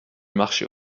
marché